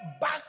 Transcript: back